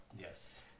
Yes